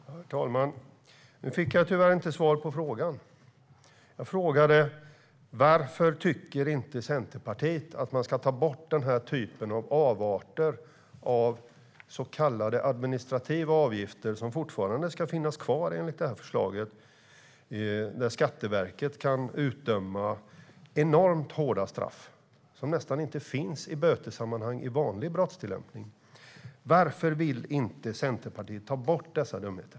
Herr talman! Nu fick jag tyvärr inte något svar på frågan. Jag frågade varför inte Centerpartiet tycker att man ska ta bort den här typen av avarter av så kallade administrativa avgifter som fortfarande ska finnas kvar enligt det här förslaget, där Skatteverket kan utdöma enormt hårda straff som nästan inte finns i bötessammanhang i vanlig rättstillämpning. Varför vill inte Centerpartiet ta bort dessa dumheter?